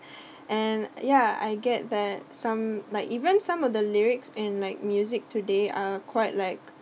and yeah I get that some like even some of the lyrics and like music today are quite like